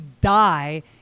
die